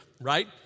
right